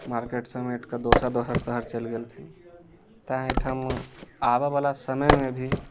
market समेटके दोसर दोसर शहर चलि गेलखिन तैँ एहिठाम आबऽ बला समयमे भी